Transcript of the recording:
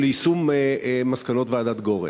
של יישום מסקנות ועדת גורן.